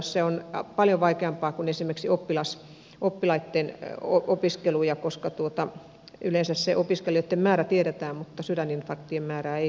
se on paljon vaikeampaa kuin esimerkiksi oppilaitten opiskelu koska yleensä se opiskelijoitten määrä tiedetään mutta sydäninfarktien määrää ei tiedetä